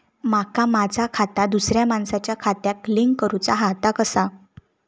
माका माझा खाता दुसऱ्या मानसाच्या खात्याक लिंक करूचा हा ता कसा?